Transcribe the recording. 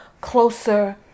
closer